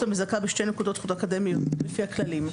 המזכה בשתי נקודות זכות אקדמיות לפי הכללים.